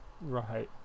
Right